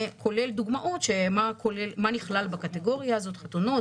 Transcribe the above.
כולל דוגמאות מה נכלל בקטגוריה הזאת חתונות,